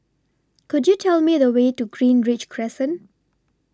Could YOU Tell Me The Way to Greenridge Crescent